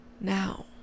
now